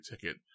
ticket